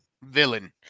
villain